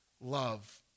love